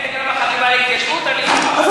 אם אתה עושה את זה גם בחטיבה להתיישבות, אני אתך.